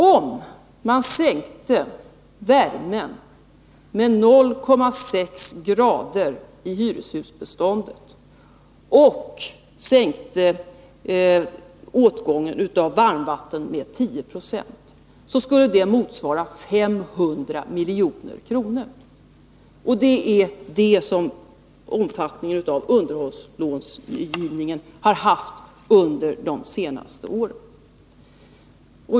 Om man sänkte värmen med 0,6 grader i hyreshusbeståndet och minskade åtgången av varmvatten med 10 96 skulle det motsvara en besparing på 500 milj.kr. Det är den omfattning som underhållslångivningen har haft under de senaste åren.